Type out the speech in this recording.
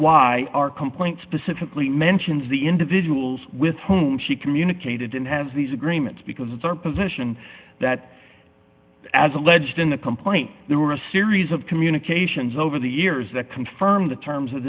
why our complaint specifically mentions the individuals with whom she communicated and has these agreements because it's our position that as alleged in the complaint there were a series of communications over the years that confirm the terms of